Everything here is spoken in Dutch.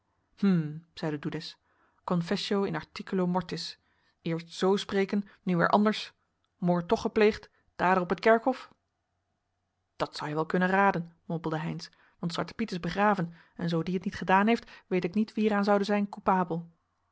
hm zeide doedes confessio in articulo mortis eerst z spreken nu weer anders moord toch gepleegd dader op t kerkhof dat zou je wel kunnen raden mompelde heynsz want zwarte piet is begraven en zoo die het niet gedaan heeft weet ik niet wie er aan zoude zijn